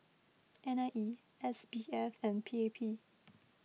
N I E S B F and P A P